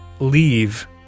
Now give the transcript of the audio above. Leave